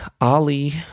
Ali